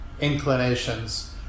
inclinations